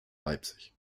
leipzig